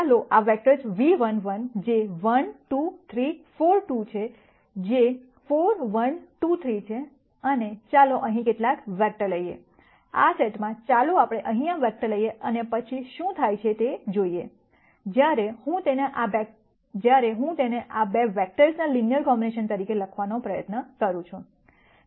ચાલો આ vectors v11 જે 1 2 3 4 2 છે જે 4 1 2 3 છે અને ચાલો અહીં કેટલાક વેક્ટર લઈએ આ સેટમાં ચાલો આપણે અહીં આ વેક્ટર લઈએ અને પછી શું થાય છે તે જોઈએ જ્યારે હું તેને આ 2 વેક્ટર્સના લિનયર કોમ્બિનેશન તરીકે લખવાનો પ્રયત્ન કરું છું